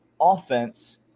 offense